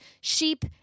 sheep